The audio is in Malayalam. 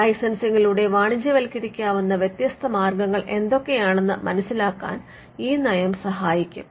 ലൈസൻസിംഗിലൂടെ വാണിജ്യവത്ക്കരിക്കാവുന്ന വ്യത്യസ്ത മാർഗ്ഗങ്ങൾ എന്തൊക്കെയാണെന്ന് മനസ്സിലാക്കാൻ ഈ നയം സഹായിക്കും